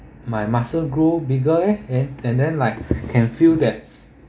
my muscle grow bigger eh and and then like can feel that